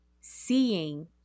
seeing